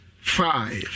five